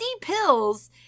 pills